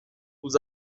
vous